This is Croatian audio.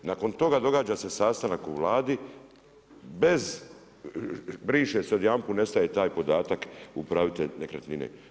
Nakon toga događa se sastanak u Vladi, briše se, odjedanput nestaje taj podatak upravitelj nekretnine.